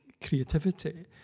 Creativity